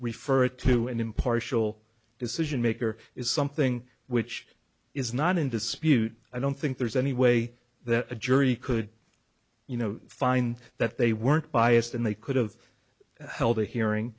refer to an impartial decision maker is something which is not in dispute i don't think there's any way that a jury could you know find that they weren't biased and they could've held a hearing